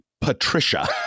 Patricia